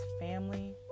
family